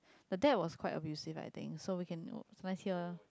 the dad was quite abusive I think so we can sometimes hear